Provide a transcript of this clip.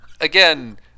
Again